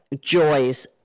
joys